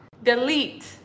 Delete